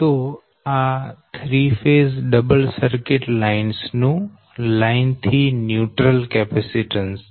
તો આ 3 phase double circuit lines નું લાઈન થી ન્યુટ્રલ કેપેસીટન્સ છે